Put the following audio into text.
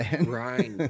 Right